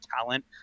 talent